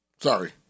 sorry